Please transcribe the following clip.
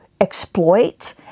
exploit